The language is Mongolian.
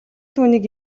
түүнийг